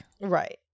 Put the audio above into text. Right